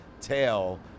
tail